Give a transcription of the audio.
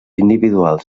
individuals